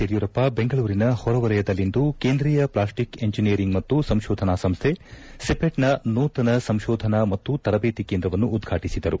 ಯಡಿಯೂರಪ್ಪ ಬೆಂಗಳೂರಿನ ಹೊರವಲಯದಲ್ಲಿಂದು ಕೇಂದ್ರೀಯ ಪ್ಲಾಸ್ಟಿಕ್ ಇಂಜಿನಿಯರಿಂಗ್ ಮತ್ತು ಸಂಶೋಧನಾ ಸಂಸ್ದೆ ಸಿಪೆಟ್ನ ನೂತನ ಸಂಶೋಧನಾ ಮತ್ತು ತರಬೇತಿ ಕೇಂದ್ರವನ್ನು ಉದ್ವಾಟಿಸಿದರು